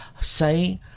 Say